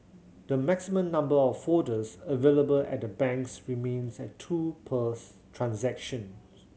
the maximum number of folders available at the banks remains at two per transactions